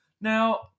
Now